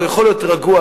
הוא יכול להיות רגוע,